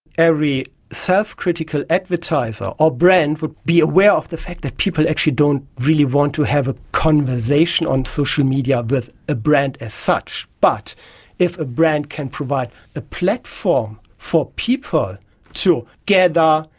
every self-critical advertiser or ah brand would be aware of the fact that people actually don't really want to have a conversation on social media with a brand as such, but if a brand can provide a platform for people to gather,